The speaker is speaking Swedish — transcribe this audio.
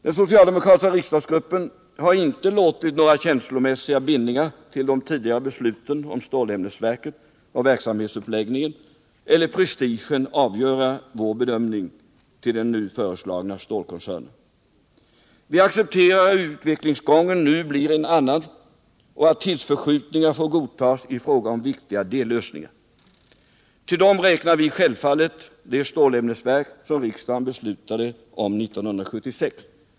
Den socialdemokratiska riksdagsgruppen har inte låtit några känslomässiga bindningar till de tidigare besluten om stålämnesverket och verksamhetsuppläggningen, eller prestigen, avgöra vår bedömning av den nu föreslagna stålkoncernen. Vi accepterar att utvecklingsgången nu blir en annan och att tidsförskjutningar får godtas i fråga om viktiga dellösningar. Till dem räknar vi självfallet det stålämnesverk som riksdagen beslutade om 1976.